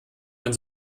man